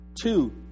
Two